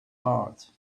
heart